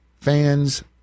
fans –